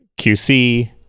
qc